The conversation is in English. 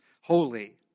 Holy